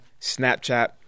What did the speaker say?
Snapchat